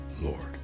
Lord